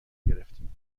گرفتیم